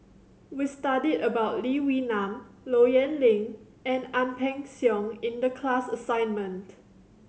we studied about Lee Wee Nam Low Yen Ling and Ang Peng Siong in the class assignment